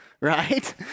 right